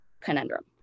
conundrum